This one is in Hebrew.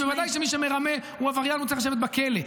בוודאי שמי שמרמה הוא עבריין וצריך לשבת בכלא.